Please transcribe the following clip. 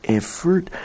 effort